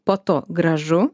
po to gražu